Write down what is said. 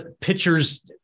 pitchers